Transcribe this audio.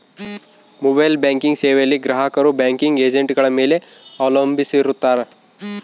mobile banking ಸೇವೆಯಲ್ಲಿ ಗ್ರಾಹಕರು banking ಏಜೆಂಟ್ಗಳ ಮೇಲೆ ಅವಲಂಬಿಸಿರುತ್ತಾರ